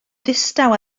ddistaw